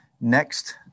next